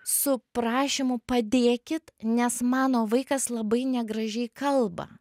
su prašymu padėkit nes mano vaikas labai negražiai kalba